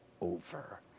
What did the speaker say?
over